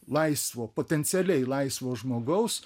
laisvo potencialiai laisvo žmogaus